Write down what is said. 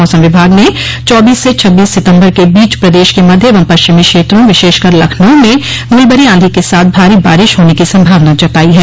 मौसम विभाग ने चौबीस से छब्बीस सितम्बर के बीच प्रदेश के मध्य एवं पश्चिमी क्षेत्रों विशेषकर लखनऊ में धूलभरी आंधी के साथ भारी बारिश होने की संभावना जताई है